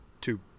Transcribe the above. two